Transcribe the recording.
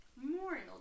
Memorial